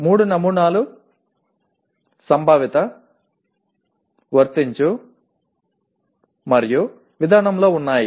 మూడు నమూనాలు వర్తించు సంభావితకాన్సెప్చువల్ వర్తించు మరియు విధానంలో ఉన్నాయి